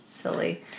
silly